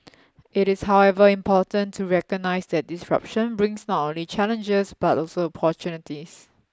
it is however important to recognise that disruption brings not only challenges but also opportunities